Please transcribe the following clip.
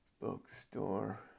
bookstore